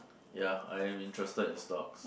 ya I am interested in stocks